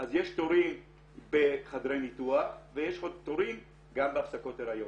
אז יש תורים בחדרי ניתוח ויש תורים גם בהפסקות הריון.